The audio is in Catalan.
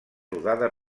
rodada